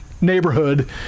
neighborhood